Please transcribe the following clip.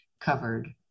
covered